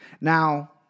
now